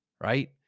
Right